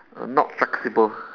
not flexible